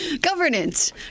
governance